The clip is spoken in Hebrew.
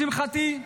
לשמחתי,